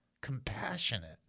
compassionate